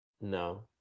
No